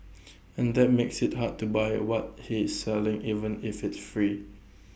and that makes IT hard to buy what he's selling even if it's free